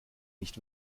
nicht